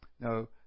No